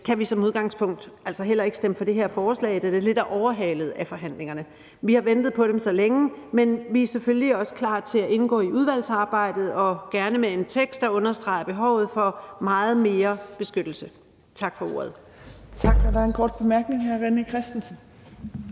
kan vi som udgangspunkt heller ikke stemme for det her forslag, altså da det lidt er overhalet af forhandlingerne. Vi har ventet på dem så længe, men vi er selvfølgelig også klar til at indgå i udvalgsarbejdet – og gerne med en tekst, der understreger behovet for meget mere beskyttelse. Tak for ordet.